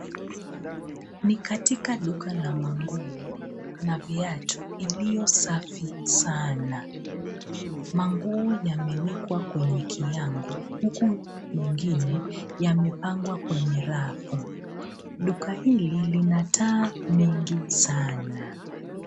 Ni katika duka la manguo na viatu iliyo safi sana. Manguo yamewekwa kwenye kiango huku mengine yamepangwa kwenye rafu. Duka hili lina taa mingi sana.